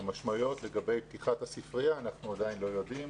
את המשמעויות לגבי פתיחת הספרייה אנחנו עדיין לא יודעים.